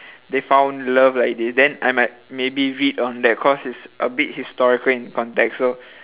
they found love like this then I might maybe read on that cause it's a bit historical in context so